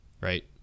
Right